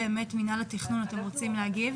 מינהל התכנון או משרד הכלכלה רוצים להגיב?